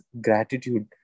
gratitude